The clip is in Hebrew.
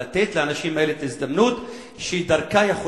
לתת לאנשים האלה את ההזדמנות שדרכה הם